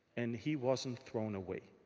and he wasn't thrown away.